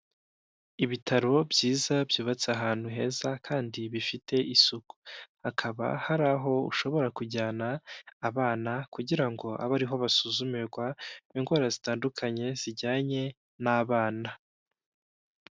Ibitaro byiza byubatse ahantu heza kandi bifite isuku, hakaba hari aho ushobora kujyana abana kugira ngo abe ari ho basuzumirwa indwara zitandukanye zijyanye n'abana.